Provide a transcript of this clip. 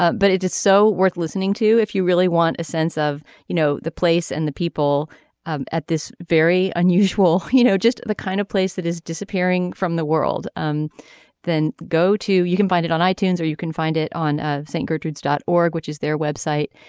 ah but it is so worth listening to if you really want a sense of you know the place and the people um at this very unusual you know just the kind of place that is disappearing from the world and then go to you can find it on itunes or you can find it on ah st. gertrude's dot org which is their web site.